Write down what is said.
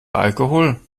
alkohol